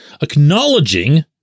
acknowledging